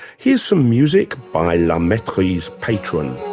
here's some music by la mettrie's patron,